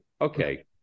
Okay